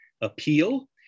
appeal